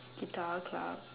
guitar club